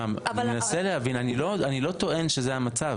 אני לא טוען שזה המצב.